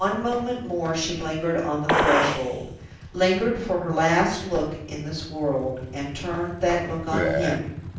one moment more she lingered on the threshold lingered for her last look in this world and turned that look on him.